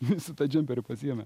nu jisai tą džemperį pasiėmė